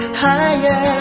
higher